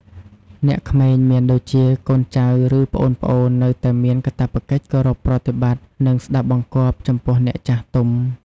អ្នកក្មេង មានដូចជា កូនចៅ ឬ ប្អូនៗ នៅតែមាន កាតព្វកិច្ចគោរពប្រតិបត្តិ និងស្ដាប់បង្គាប់ ចំពោះអ្នកចាស់ទុំ។